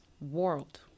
world